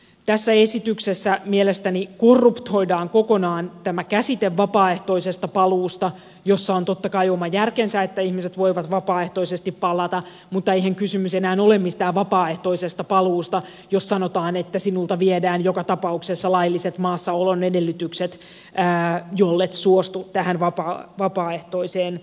tässä esityksessä mielestäni korruptoidaan kokonaan tämä käsite vapaaehtoisesta paluusta jossa on totta kai oma järkensä että ihmiset voivat vapaaehtoisesti palata mutta eihän kysymys enää ole mistään vapaaehtoisesta paluusta jos sanotaan että sinulta viedään joka tapauksessa lailliset maassaolon edellytykset jollet suostu tähän vapaaehtoiseen paluuseen